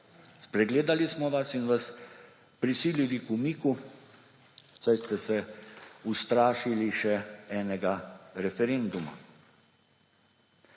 Spregledali smo vas in vas prisilili k umiku, saj ste se ustrašili še enega referenduma.